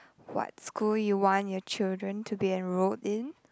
what school you want your children to be enrolled in